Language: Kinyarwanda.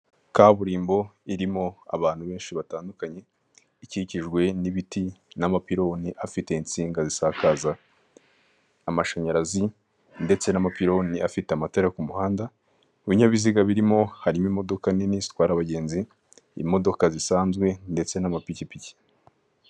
Kaburimbo irimo abantu benshi batandukanye ikikijwe n'ibiti n'amapironi afite insinga zisakaza amashanyarazi, ndetse n'amapiloni afite amatara yo ku muhanda bini inyabiziga birimo harimo imodoka nini itwara abagenzi, imodoka zisanzwe ndetse n'amapikipiki.